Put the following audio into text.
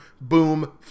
boom